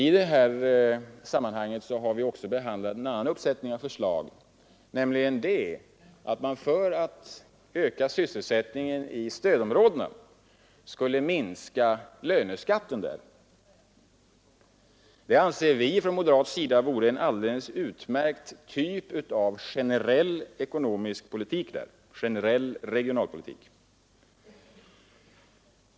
I detta sammanhang har vi också behandlat en annan uppsättning förslag, nämligen att man för att öka sysselsättningen i stödområdena skulle minska löneskatten där. Det anser vi från moderat håll vara en alldeles utmärkt typ av generell, ekonomisk politik i de områdena, dvs. god regionalpolitik.